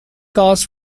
cars